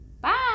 Bye